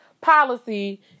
policy